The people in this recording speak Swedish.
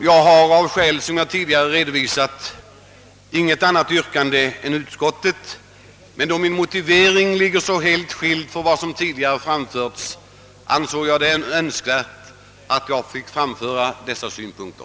Jag har av skäl som jag tidigare redovisat inget annat yrkande än utskottets, men då min motivering skiljer sig så mycket från vad som tidigare anförts ansåg jag det önskvärt att framföra dessa synpunkter.